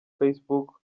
facebook